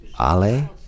Ale